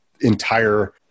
entire